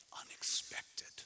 unexpected